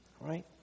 Right